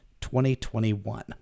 2021